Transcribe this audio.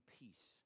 peace